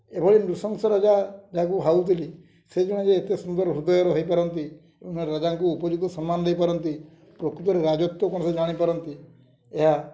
ଏଭଳି ନୃସଂଶ ରାଜା ଯାହାକୁ ଭାବୁଥିଲି ସେ ଜଣେ ଯେ ଏତେ ସୁନ୍ଦର ହୃଦୟର ହେଇପାରନ୍ତି ରାଜାଙ୍କୁ ଉପଯୁକ୍ତ ସମ୍ମାନ ଦେଇପାରନ୍ତି ପ୍ରକୃତରେ ରାଜତ୍ଵ କ'ଣ ସେ ଜାଣିପାରନ୍ତି ଏହା